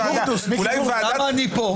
אני הברוטוס, למה אני פה?